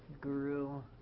Guru